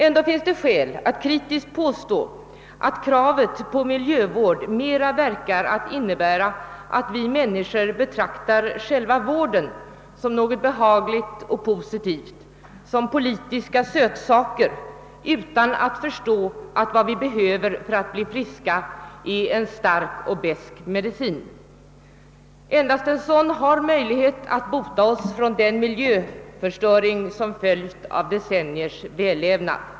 Ändå finns det skäl att kritiskt påstå, att kravet på miljövård mera verkar innebära att vi människor betraktar själva vården som något behagligt och positivt, som politiska sötsaker, utan att förstå att vad vi behöver för att bli friska är en stark och besk medicin. Endast en sådan har möjlighet att bota oss från den miljöförstöring som följt av decenniers vällevnad.